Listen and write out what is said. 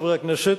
חברי הכנסת,